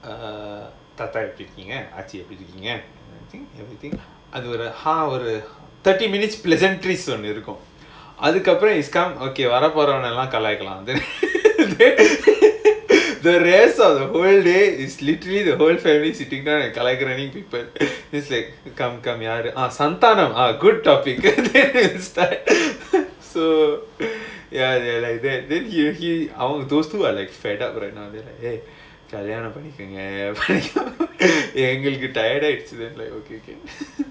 err தாத்தா எப்டிருக்கீங்க ஆச்சி எப்டிருக்கீங்க:thatha epdirukeenga aachi epdirukeenga thirty minutes presentation இருக்கும் அதுக்கப்புறம் வரபோறவன கலாய்க்கலாம்:irukkum adhukkapuram varaporavana kalaaikalaam then then the rest of the whole day is literally the whole family sitting down and கலைக்குறது:kalaikurathu just like come come ah யாரு:yaaru good topic so ya they are like that then he he those two are like fed up right now like eh கல்யாணம்:kalyanam எங்களுக்கு:engalukku so is like okay okay